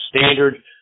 standard